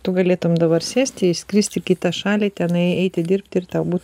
tu galėtum dabar sėsti išskristi į kitą šalį tenai eiti dirbti ir tau būtų